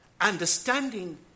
Understanding